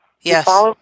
Yes